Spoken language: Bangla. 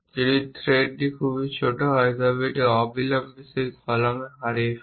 যদি থ্রেডটি খুব ছোট হয় এটি অবিলম্বে সেই কলমটি হারিয়ে ফেলে